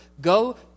go